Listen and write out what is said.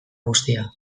guztia